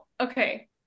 okay